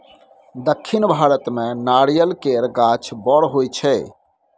दक्खिन भारत मे नारियल केर गाछ बड़ होई छै